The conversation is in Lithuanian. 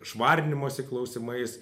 švarinimosi klausimais